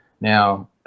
Now